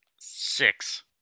Six